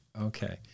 Okay